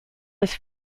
was